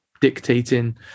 dictating